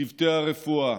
צוותי הרפואה,